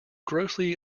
grossly